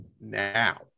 now